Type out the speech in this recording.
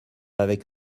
avec